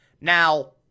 Now